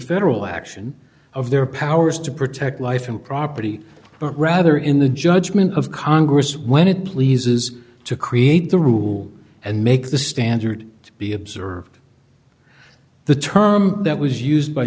federal action of their powers to protect life and property but rather in the judgment of congress when it pleases to create the rule and make the standard to be observed the term that was used by